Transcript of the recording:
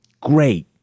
great